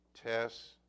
tests